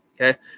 Okay